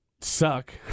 suck